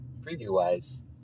preview-wise